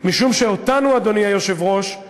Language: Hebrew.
משום שאותנו, אדוני היושב-ראש,